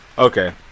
Okay